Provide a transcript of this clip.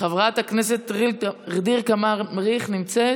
חברת הכנסת ע'דיר כמאל מריח נמצאת?